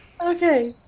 Okay